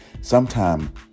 Sometime